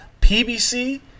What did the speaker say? PBC